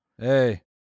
Hey